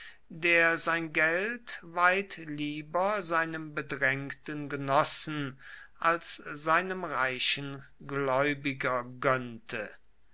der sein geld weit lieber seinem bedrängten genossen als seinem reichen gläubiger gönnte